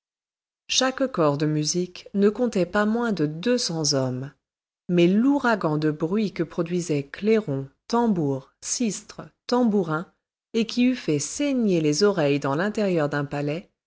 chaque corps de musique ne comptait pas moins de deux cents hommes mais l'ouragan de bruit que produisaient clairons tambours sistres tambourins et qui eût fait saigner les oreilles dans l'intérieur d'un palais